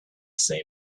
same